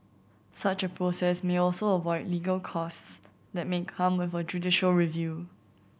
such a process may also avoid legal costs that may come with a judicial review